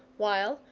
while,